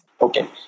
Okay